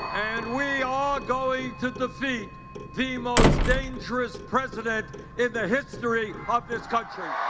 and we are going to defeat the most dangerous president in the history of this country!